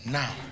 now